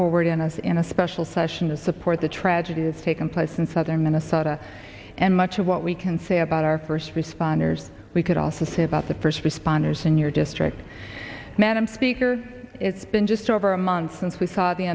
forward in us in a special session to support the tragedy has taken place in southern minnesota and much of what we can say about our first responders we could also say about the first responders in your district men and speaker it's been just over a month since we saw the